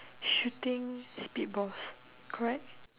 shooting spit balls correct